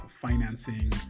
financing